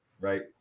right